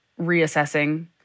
reassessing